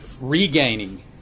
regaining